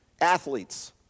Athletes